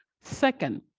Second